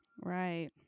Right